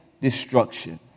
destruction